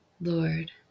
Lord